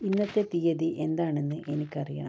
ഇന്നത്തെ തീയതി എന്താണെന്ന് എനിക്കറിയണം